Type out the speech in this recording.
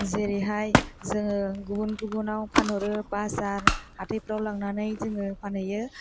जेरैहाय जों गुबुन गुबुनाव फानहरो बाजार हाथायफ्राव लांनानै जों फानहैयो